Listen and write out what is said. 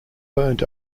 burnt